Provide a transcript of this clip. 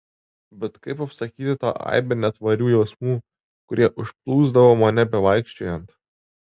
bet kaip apsakyti tą aibę netvarių jausmų kurie užplūsdavo mane bevaikščiojant